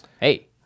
hey